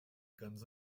guns